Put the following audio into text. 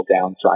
downside